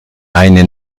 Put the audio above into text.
eine